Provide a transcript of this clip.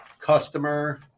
customer